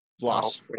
loss